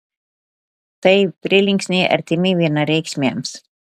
tai prielinksniai artimi vienareikšmiams